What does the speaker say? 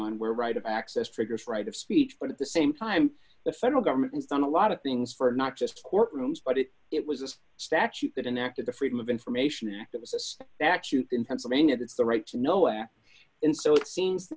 on where right of access triggers right of speech but at the same time the federal government has done a lot of things for not just courtrooms but it it was this statute that enacted the freedom of information act it was a step back shoot in pennsylvania that's the right to noah and so it seems